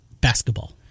Basketball